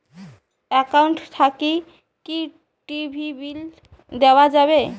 Account থাকি কি TV bill দেওয়া যাবে?